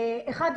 האחד,